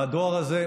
הדואר הזה,